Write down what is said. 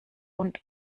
und